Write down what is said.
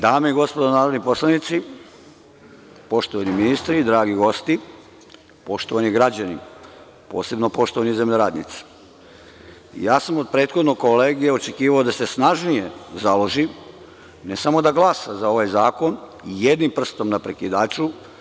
Dame i gospodo narodni poslanici, poštovani ministri, dragi gosti, poštovani građani, posebno poštovani zemljoradnici, ja sam od prethodnog kolege očekivao da se snažnije založi, ne samo da glasa za ovaj zakon jednim prstom na prekidaču.